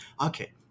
Okay